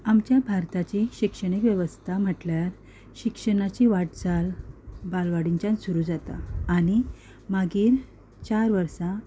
आमच्या भारताची शिक्षणीक वेवस्ता म्हणल्यार शिक्षणाची वाटचाल बालवाडींच्यान सुरू जाता आनी मागीर चार वर्सां